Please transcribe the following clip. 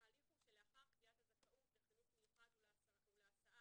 ההליך הוא שלאחר קביעת הזכאות לחינוך מיוחד ולהסעה